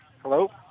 Hello